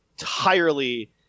entirely